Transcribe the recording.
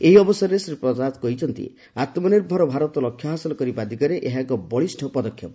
ଏହି ଅବସରରେ ଶ୍ରୀ ପ୍ରସାଦ କହିଛନ୍ତି ଆତ୍ମ ନିର୍ଭର ଭାରତ ଲକ୍ଷ୍ୟ ହାସଲ କରିବା ଦିଗରେ ଏହା ଏକ ବଳିଷ୍ଣ ପଦକ୍ଷେପ